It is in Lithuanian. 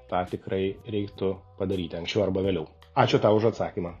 tą tikrai reiktų padaryti anksčiau arba vėliau ačiū tau už atsakymą